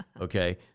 okay